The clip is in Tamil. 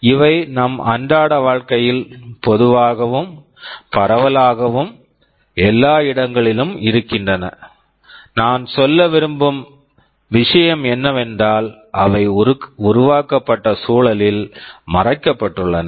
இவை நம் அன்றாட வாழ்க்கையில் பொதுவாகவும் பரவலாகவும் எல்லா இடங்களிலும் இருக்கின்றன நான் சொல்ல விரும்பும் விஷயம் என்னவென்றால் அவை உருவாக்கப்பட்ட சூழலில் மறைக்கப்பட்டுள்ளன